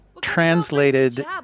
translated